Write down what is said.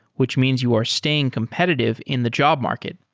which means you are staying competitive in the job market.